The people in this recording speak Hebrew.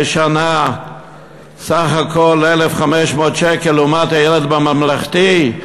לשנה סך הכול 1,500 שקל, לעומת הילד בממלכתי,